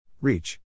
Reach